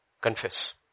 confess